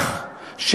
איזה נוער?